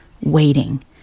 waiting